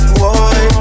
boy